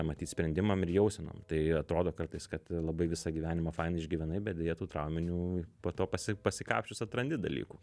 matyt sprendimam ir jausenom tai atrodo kartais kad labai visą gyvenimą fainai išgyvenai bet deja tų trauminių po to pasi pasikapsčius atrandi dalykų